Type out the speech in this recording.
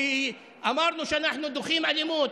כשאמרנו שאנחנו דוחים אלימות,